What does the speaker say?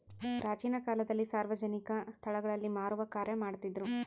ಪ್ರಾಚೀನ ಕಾಲದಲ್ಲಿ ಸಾರ್ವಜನಿಕ ಸ್ಟಳಗಳಲ್ಲಿ ಮಾರುವ ಕಾರ್ಯ ಮಾಡ್ತಿದ್ರು